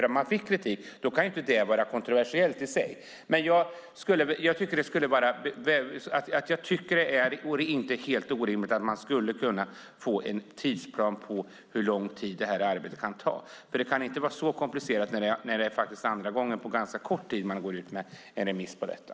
Om man fick kritik kan det inte vara kontroversiellt i sig. Det vore inte helt orimligt att vi skulle kunna få en tidsplan på hur lång tid arbetet kan ta. Det kan inte vara så komplicerat när det är andra gången på ganska kort tid som man går ut med remiss om detta.